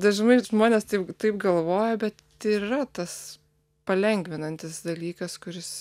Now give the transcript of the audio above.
dažnai žmonės taip taip galvoja bet tai ir yra tas palengvinantis dalykas kuris